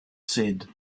said